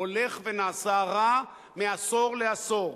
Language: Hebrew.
הולך ונעשה רע מעשור לעשור.